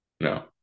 No